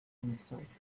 themselves